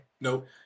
Nope